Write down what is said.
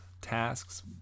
tasks